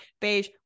beige